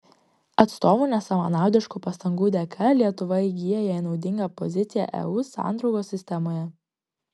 atstovų nesavanaudiškų pastangų dėka lietuva įgyja jai naudingą poziciją eu sandraugos sistemoje